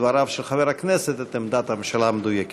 דבריו של חבר הכנסת את עמדת הממשלה המדויקת.